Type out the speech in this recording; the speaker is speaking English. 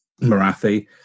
Marathi